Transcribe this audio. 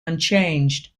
unchanged